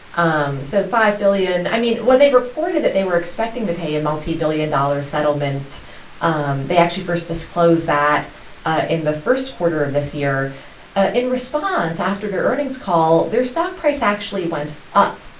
um so five billion i mean, when they reported that they were expecting to pay a multibillion-dollar settlement um they actually first disclosed that ah in the first quarter of this year ah in response, after their earnings call, their stock price actually went up,